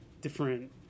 different